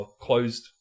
closed